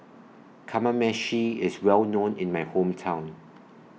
Kamameshi IS Well known in My Hometown